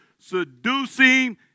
seducing